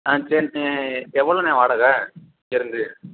ஆ சரிண்ணே எவ்வளோண்ணே வாடகை இங்கேருந்து